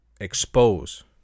expose